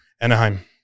Anaheim